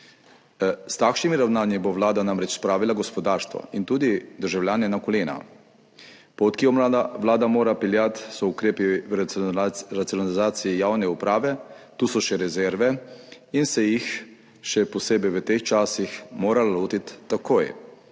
S takšnimi ravnanji bo Vlada namreč spravila gospodarstvo in tudi državljane na kolena. Pot, ki jo Vlada mora peljati, so ukrepi racionalizacije javne uprave, tu so še rezerve in se jih še posebej v teh časih mora lotiti takoj